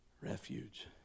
refuge